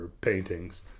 paintings